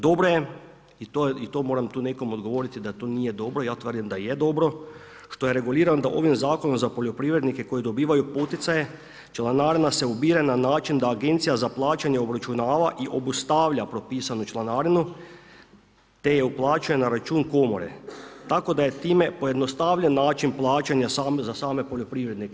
Dobro je, i to moram tu nekom odgovoriti da to nije dobro, ja tvrdim da je dobro, što je reguliran onda ovim Zakonom za poljoprivrednike koji dobivaju poticaje, članarina se ubire na način da Agencija za plaćanje obračunava i obustavlja propisanu članarinu, te je uplaćuje na račun Komore, tako da je time pojednostavljen način plaćanja za same poljoprivrednike.